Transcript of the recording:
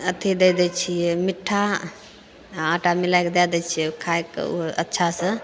अथी दे दै छियै मिट्ठा आ आटा मिलाइके दए दै छियै ओ खाइके ओहो अच्छासँ